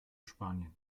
spanien